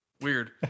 Weird